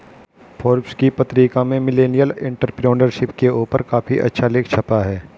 Forbes की पत्रिका में मिलेनियल एंटेरप्रेन्योरशिप के ऊपर काफी अच्छा लेख छपा है